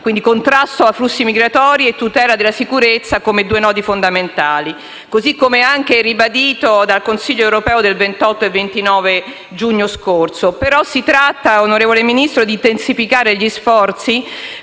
umani; contrasto a flussi migratori e tutela della sicurezza sono quindi due nodi fondamentali, come anche ribadito dal Consiglio europeo del 28 e 29 giugno scorso. Si tratta però, signor Ministro, di intensificare gli sforzi